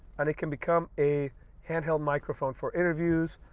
and it can become a handheld microphone for interviews.